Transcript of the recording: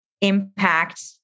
impact